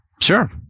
Sure